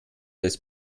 des